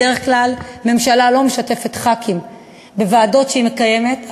בדרך כלל הממשלה לא משתפת חברי כנסת בוועדות שהיא מקיימת,